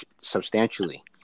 substantially